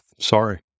Sorry